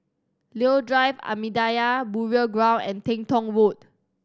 Leo Drive Ahmadiyya Burial Ground and Teng Tong Road